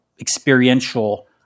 experiential